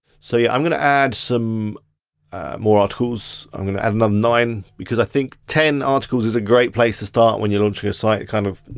so yeah, i'm gonna add some more articles, i'm gonna add another nine, because i think ten articles is a great place to start when you're launching a site. it kind of,